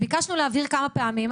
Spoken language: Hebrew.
ביקשנו להבהיר כמה פעמים.